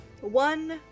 one